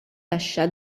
taxxa